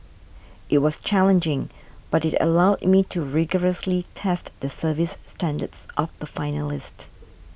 it was challenging but it allowed me to rigorously test the service standards of the finalist